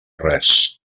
res